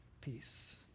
peace